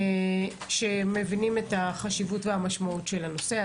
שמבינים את החשיבות והמשמעות של הנושא.